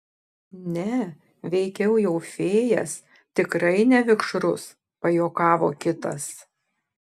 ne veikiau jau fėjas tikrai ne vikšrus pajuokavo kitas